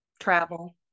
travel